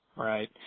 Right